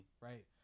right